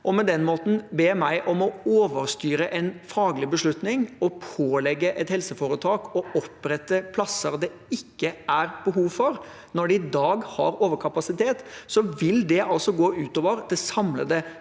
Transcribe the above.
på den måten ber meg om å overstyre en faglig beslutning og pålegge et helseforetak å opprette plasser det ikke er behov for når de i dag har overkapasitet, vil det gå ut over det samlede